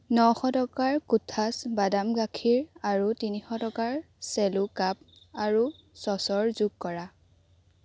নশ টকাৰ কোঠাছ বাদাম গাখীৰ আৰু তিনিশ টকাৰ চেলো কাপ আৰু চচৰ যোগ কৰা